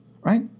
right